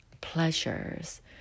pleasures